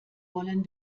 wollen